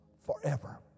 forever